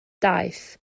daeth